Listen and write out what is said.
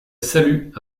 salue